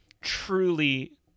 truly